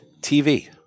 TV